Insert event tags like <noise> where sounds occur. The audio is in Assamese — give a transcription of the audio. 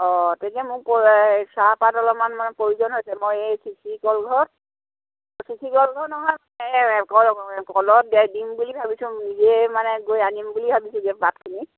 অ' তেতিয়া মোক চাহপাত অলপমান মানে প্ৰয়োজন হৈছে মই এই <unintelligible> কলত দিম বুলি ভাবিছোঁ নিজে মানে গৈ আনিম বুলি ভাবিছোঁগে পাতখিনি